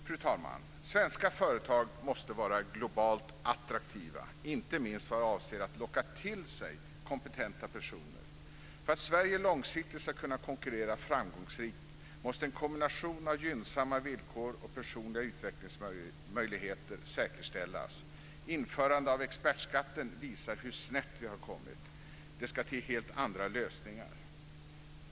Fru talman! Svenska företag måste vara globalt attraktiva, inte minst vad avser att locka till sig kompetenta personer. För att Sverige långsiktigt ska kunna konkurrera framgångsrikt måste en kombination av gynnsamma villkor och personliga utvecklingsmöjligheter säkerställas. Införandet av expertskatten visar hur snett vi har kommit. Det ska till helt andra lösningar.